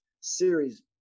series